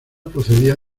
procedía